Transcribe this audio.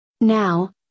Now